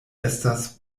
estas